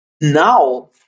Now